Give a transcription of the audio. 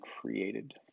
created